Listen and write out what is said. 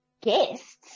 guests